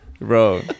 bro